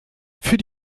für